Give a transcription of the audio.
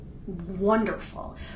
wonderful